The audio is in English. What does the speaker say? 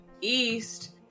east